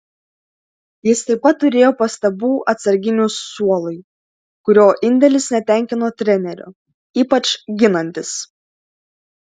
jis taip pat turėjo pastabų atsarginių suolui kurio indėlis netenkino trenerio ypač ginantis